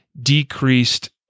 decreased